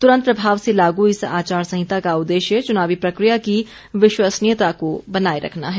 तुरंत प्रभाव से लागू इस आचार संहिता का उद्देश्य चुनावी प्रक्रिया की विश्वसनीयता को बनाए रखना है